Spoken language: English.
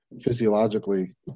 physiologically